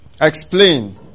explain